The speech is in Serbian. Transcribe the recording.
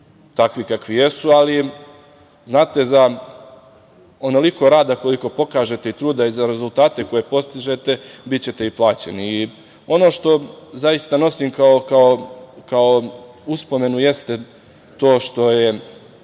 takvi kakvi jesu, ali znate, za onoliko rada koliko pokažete i truda i za rezultate koje postižete bićete i plaćeni. Ono što zaista nosim kao uspomenu jeste to što je